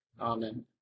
Amen